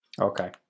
Okay